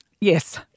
yes